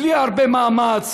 בלי הרבה מאמץ.